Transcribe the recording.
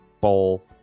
bowl